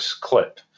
clip